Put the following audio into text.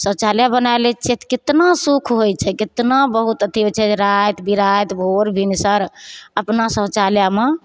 शौचालय बनाइ लै छियै तऽ कितना सुख होइ छै कितना बहुत अथी होइत छै जे राति बिराति भोर भिनसर अपना शौचालयमे